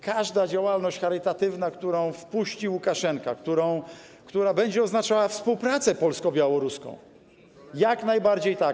Każda działalność charytatywna, którą wpuści Łukaszenka, która będzie oznaczała współpracę polsko-białoruską - jak najbardziej tak.